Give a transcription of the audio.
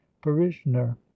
parishioner